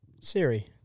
Siri